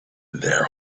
their